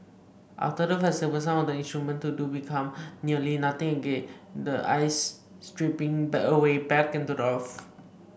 after the festival some of the instruments do become nearly nothing again the ice stripping but away back into the earth